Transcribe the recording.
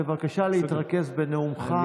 בבקשה להתרכז בנאומך.